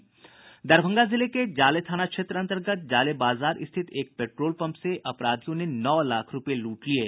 दरभंगा जिले के जाले थाना क्षेत्र अन्तर्गत जाले बाजार स्थित एक पेट्रोल पंप से अपराधियों ने नौ लाख रूपये लूट लिये